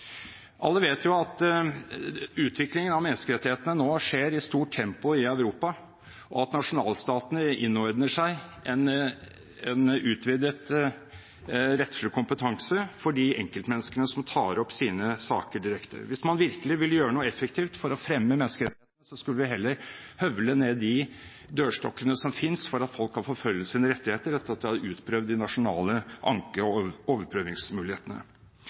Alle vet at utviklingen av menneskerettighetene nå skjer i stort tempo i Europa, og at nasjonalstatene innordner seg en utvidet rettslig kompetanse for de enkeltmenneskene som tar opp sine saker direkte. Hvis man virkelig ville gjøre noe effektivt for å fremme menneskerettighetene, skulle vi heller høvle ned de dørstokkene som finnes, for at folk kan forfølge sine rettigheter etter at de har utprøvd de nasjonale anke- og overprøvingsmulighetene.